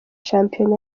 shampiyona